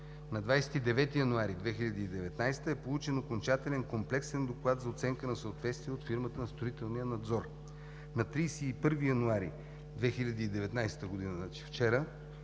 На 29 януари 2019 г. е получен окончателен комплексен доклад за оценка на съответствие от фирмата на строителния надзор. На 31 януари 2019 г.,